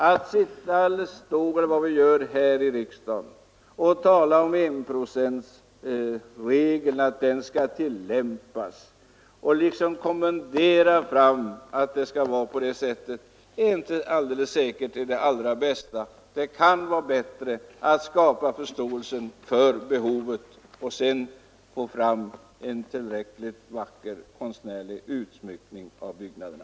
Att här i riksdagen tala om att enprocentsregeln skall tillämpas och liksom kommendera fram att det skall vara på det sättet är inte alldeles säkert det allra bästa. Det kan vara bättre att skapa förståelse för behovet av konst för att därefter åstadkomma en tillräckligt vacker konstnärlig utsmyckning av byggnaderna.